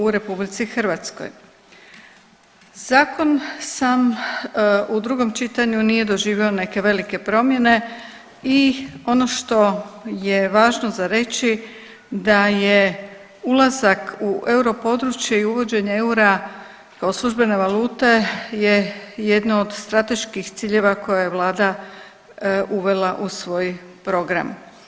u drugom čitanju nije doživio neke velike promjene i ono što je važno za reći da je ulazak u euro područje i uvođenje eura kao službene valute je jedno od strateških ciljeva koje je Vlada uvela u svoj program.